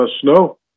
snow